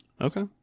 Okay